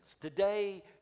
today